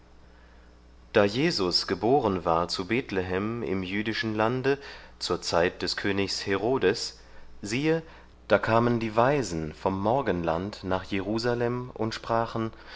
da jesus geboren war zu bethlehem im jüdischen lande zur zeit des königs herodes siehe da kamen die weisen vom morgenland nach jerusalem und sprachen